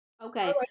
Okay